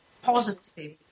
Positive